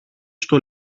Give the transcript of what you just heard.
στο